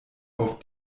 auf